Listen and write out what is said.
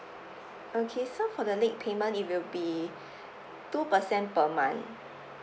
okay so for the late payment it will be two percent per month